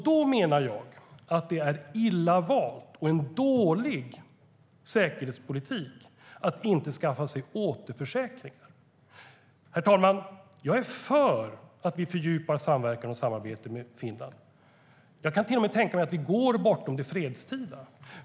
Då menar jag att det är illa valt och en dålig säkerhetspolitik att inte skaffa sig återförsäkringar. Herr talman! Jag är för att vi fördjupar samverkan och samarbete med Finland. Jag kan till och med tänka mig att vi går bortom det fredstida.